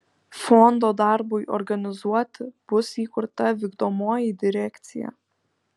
fondo darbui organizuoti bus įkurta vykdomoji direkcija